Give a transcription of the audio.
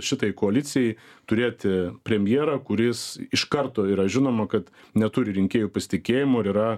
šitai koalicijai turėti premjerą kuris iš karto yra žinoma kad neturi rinkėjų pasitikėjimo ir yra